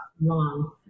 long